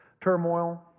turmoil